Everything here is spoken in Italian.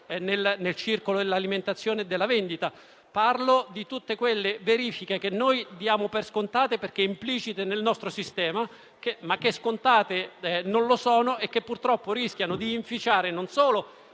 nel circolo dell'alimentazione e della vendita. Mi riferisco a tutte quelle verifiche che diamo per scontate, perché implicite nel nostro sistema, ma che scontate non sono e che purtroppo rischiano non solo